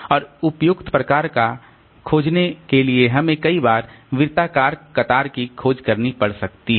और उपयुक्त प्रकार का खोजने लिए हमें कई बार वृत्ताकार कतार की खोज करनी पड़ सकती है